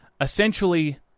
essentially